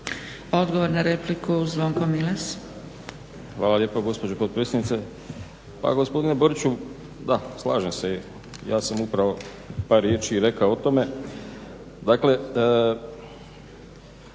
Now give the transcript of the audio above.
Milas. **Milas, Zvonko (HDZ)** Hvala lijepo gospođo potpredsjednice. Pa gospodine Boriću, da slažem se. Ja sam upravo par riječi i rekao o tome. Dakle,